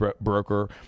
broker